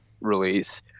release